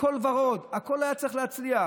הכול ורוד, הכול היה צריך להצליח.